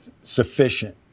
sufficient